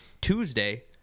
Tuesday